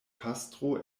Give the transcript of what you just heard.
pastro